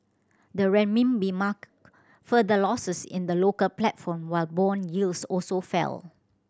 the Renminbi marked further losses in the local platform while bond yields also fell